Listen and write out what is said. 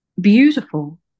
beautiful